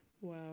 Wow